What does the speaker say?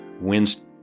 wins